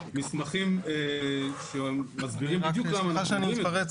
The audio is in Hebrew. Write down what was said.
מסמכים שמסבירים בדיוק למה אנחנו --- סליחה שאני מתפרץ,